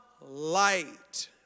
light